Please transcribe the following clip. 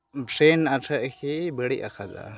brain ᱵᱟᱹᱲᱤᱡ ᱟᱠᱟᱫᱟ